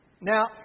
Now